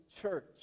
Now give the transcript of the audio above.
church